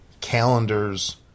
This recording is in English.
calendars